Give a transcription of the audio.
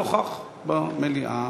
שנוכח במליאה,